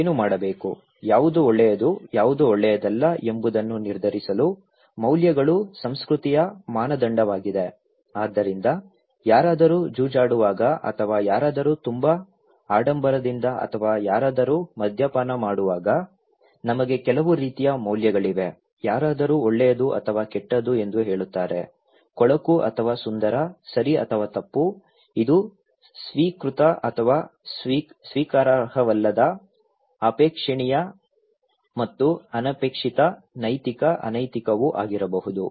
ಏನು ಮಾಡಬೇಕು ಯಾವುದು ಒಳ್ಳೆಯದು ಯಾವುದು ಒಳ್ಳೆಯದಲ್ಲ ಎಂಬುದನ್ನು ನಿರ್ಧರಿಸಲು ಮೌಲ್ಯಗಳು ಸಂಸ್ಕೃತಿಯ ಮಾನದಂಡವಾಗಿದೆ ಆದ್ದರಿಂದ ಯಾರಾದರೂ ಜೂಜಾಡುವಾಗ ಅಥವಾ ಯಾರಾದರೂ ತುಂಬಾ ಆಡಂಬರದಿಂದ ಅಥವಾ ಯಾರಾದರೂ ಮದ್ಯಪಾನ ಮಾಡುವಾಗ ನಮಗೆ ಕೆಲವು ರೀತಿಯ ಮೌಲ್ಯಗಳಿವೆ ಯಾರಾದರೂ ಒಳ್ಳೆಯದು ಅಥವಾ ಕೆಟ್ಟದು ಎಂದು ಹೇಳುತ್ತಾರೆ ಕೊಳಕು ಅಥವಾ ಸುಂದರ ಸರಿ ಅಥವಾ ತಪ್ಪು ಇದು ಸ್ವೀಕೃತ ಅಥವಾ ಸ್ವೀಕಾರಾರ್ಹವಲ್ಲದ ಅಪೇಕ್ಷಣೀಯ ಮತ್ತು ಅನಪೇಕ್ಷಿತ ನೈತಿಕ ಅನೈತಿಕವೂ ಆಗಿರಬಹುದು